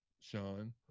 Sean